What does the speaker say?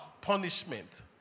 punishment